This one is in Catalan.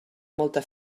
molta